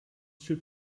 should